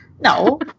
no